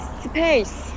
space